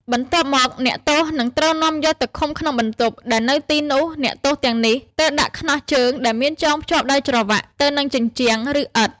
បន្ទាប់មកអ្នកទោសនឹងត្រូវនាំយកទៅឃុំក្នុងបន្ទប់ ដែលនៅទីនោះអ្នកទោសទាំងនេះត្រូវ ដាក់ខ្នោះជើងដែលមានចងភ្ជាប់ដោយច្រវាក់ទៅនឹងជញ្ជាំងឬឥដ្ឋ។